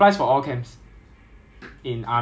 then 我 S_C_S 的 canteen 是